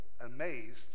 amazed